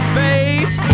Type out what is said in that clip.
face